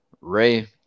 Ray